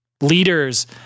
leaders